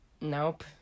Nope